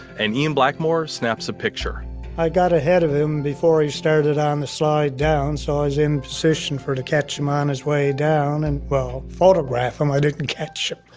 and ian blackmore snaps a picture i got ahead of him, before he started on the slide down, so i was in position to catch him on his way down. and well, photograph him, i didn't catch him